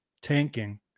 tanking